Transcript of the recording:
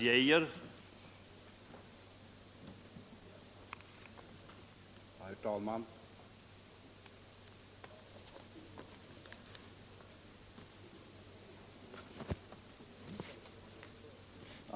Herr talman!